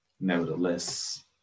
Nevertheless